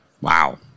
Wow